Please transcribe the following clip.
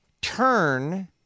turn